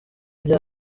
bya